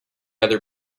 other